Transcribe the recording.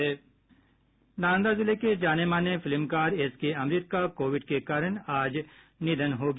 नालंदा जिले के जानेमाने फिल्मकार एस के अमृत का कोविड के कारण आज निधन हो गया